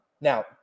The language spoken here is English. Now